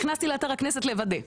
נכנסתי לאתר הכנסת לוודא,